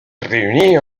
réunis